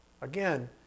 Again